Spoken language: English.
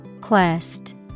Quest